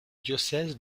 diocèse